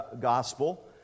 Gospel